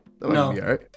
No